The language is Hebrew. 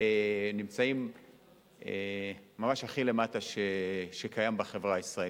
נמצאים ממש הכי למטה בחברה הישראלית.